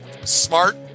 smart